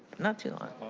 not too long.